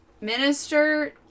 minister